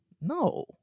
No